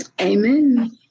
Amen